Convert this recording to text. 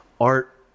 art